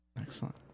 excellent